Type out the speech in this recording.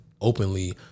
openly